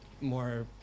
more